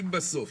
אם בסוף